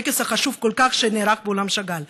הטקס החשוב כל כך שנערך באולם שאגאל.